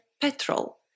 petrol